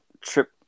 trip